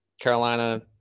Carolina